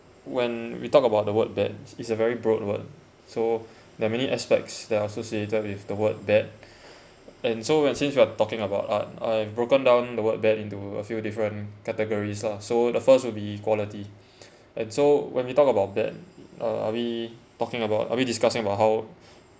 when we talked about the word bad it's a very broad word so there're many aspects that are associated with the word bad and so when since you are talking about art I've broken down the word bad into a few different categories lah so the first will be quality and so when we talk about bad uh are we talking about are we discussing about how